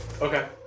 Okay